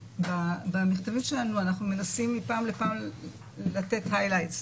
במכתבים שלנו אנחנו מנסים מפעם לפעם לתת highlights.